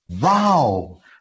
wow